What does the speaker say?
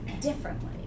differently